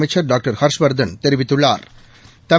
அமைச்சா் டாக்டர் ஹர்ஷவா்தன் தெரிவித்துள்ளாா்